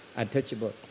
untouchable